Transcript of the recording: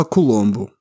Colombo